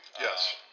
Yes